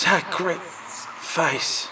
Sacrifice